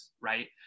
right